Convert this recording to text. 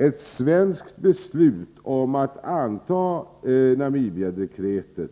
Ett svenskt beslut om att anta Namibiadekretet,